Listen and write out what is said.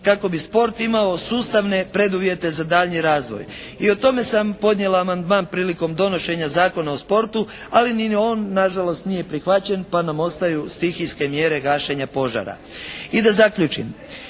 kako bi sport imao sustavne preduvjete za daljnji razvoj i o tome sam podnijela amandman prilikom donošenja Zakona o sportu, ali ni on na žalost nije prihvaćen pa nam ostaju stihijske mjere gašenja požara. I da zaključim,